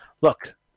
Look